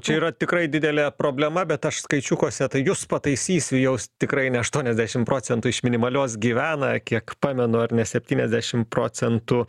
čia yra tikrai didelė problema bet aš skaičiukuose tai jus pataisysiu jaus tikrai ne aštuoniasdešim procentų iš minimalios gyvena kiek pamenu ar ne septyniasdešim procentų